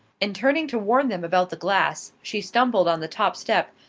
in turning to warn them about the glass, she stumbled on the top step,